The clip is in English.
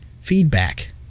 Feedback